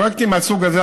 ופרויקטים מהסוג הזה,